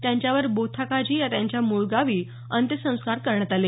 त्यांच्यावर बोथाकाजी या त्यांच्या मूळगावी अंत्यसंस्कार करण्यात आले